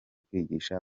kwigisha